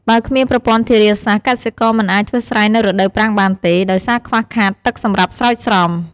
បើគ្មានប្រព័ន្ធធារាសាស្ត្រ កសិករមិនអាចធ្វើស្រែនៅរដូវប្រាំងបានទេ ដោយសារខ្វះខាតទឹកសម្រាប់ស្រោចស្រព។